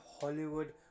Hollywood